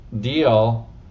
deal